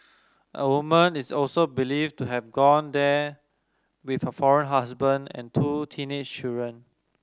a woman is also believed to have gone there with her foreign husband and two teenage children